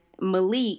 Malik